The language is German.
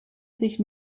sich